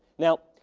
now,